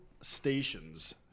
stations